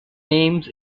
names